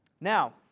Now